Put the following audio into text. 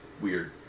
weird